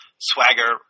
Swagger